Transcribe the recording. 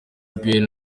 ben